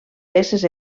peces